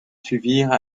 suivirent